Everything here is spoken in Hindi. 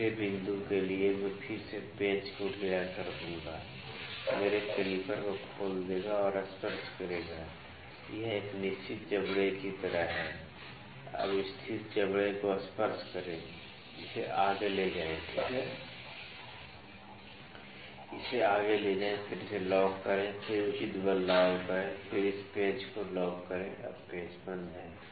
तीसरे बिंदु के लिए मैं फिर से पेंच को ढीला कर दूंगा मेरे कैलीपर को खोल देगा और स्पर्श करेगा यह एक निश्चित जबड़े की तरह है अब स्थिर जबड़े को स्पर्श करें इसे आगे ले जाएं ठीक है इसे आगे ले जाएं फिर इसे लॉक करें फिर उचित बल लागू करें फिर इस पेंच को लॉक करें अब पेंच बंद हैं